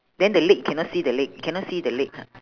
then the leg cannot see the leg cannot see the leg ha